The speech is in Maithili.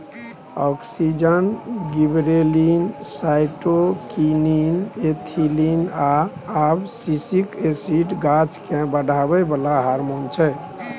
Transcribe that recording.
आक्जिन, गिबरेलिन, साइटोकीनीन, इथीलिन आ अबसिसिक एसिड गाछकेँ बढ़ाबै बला हारमोन छै